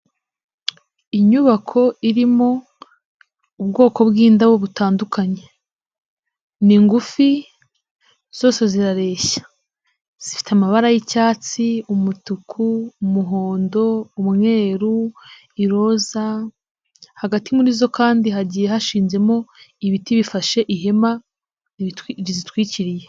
Inyubako irimo ubwoko bwindabo butandukanye, ni ngufi zose zirareshya, zifite amabara yi'cyatsi, umutuku, umuhondo, umweru, iroza, hagati muri zo kandi hagiye hashimo ibiti bifashe ihema rizitwikiriye.